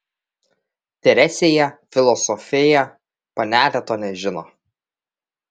teresėje filosofėje panelė to nežino